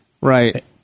Right